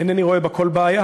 אינני רואה בה כל בעיה,